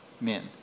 men